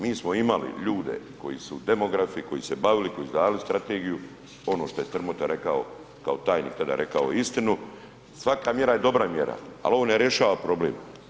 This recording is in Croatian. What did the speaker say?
Mi smo imali ljude koji su demografi, koji su se bavili koji su radili strategiju, ono što je Strmota rekao kao tajnik tada rekao je istinu, svaka mjera je dobra mjera, ali ovo ne rješava problem.